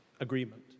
agreement